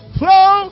flow